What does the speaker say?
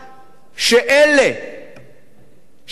שאלה שנפלו